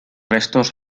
restos